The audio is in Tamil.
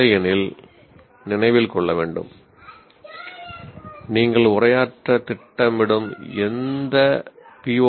இல்லையெனில் நினைவில் கொள்ள வேண்டும் நீங்கள் உரையாற்றத் திட்டமிடும் எந்த பி